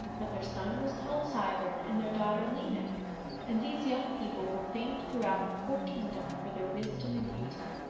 but their son was called sigurd, and their daughter lineik, and these young people were famed throughout the whole kingdom for their wisdom and beauty.